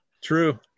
True